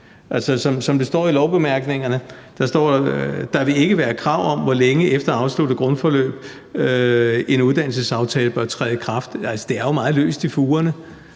som det står i lovbemærkningerne: Der vil ikke være krav om, hvor længe efter afsluttet grundforløb en uddannelsesaftale bør træde i kraft. Det er jo meget løst i fugerne.